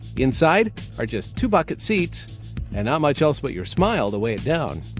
inside are just two bucket seats and not much else but your smile to weigh it down.